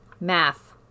math